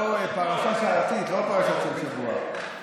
פרשה שעתית, לא פרשת שבוע.